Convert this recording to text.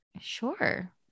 Sure